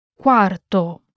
Quarto